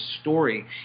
story